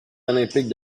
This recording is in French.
olympiques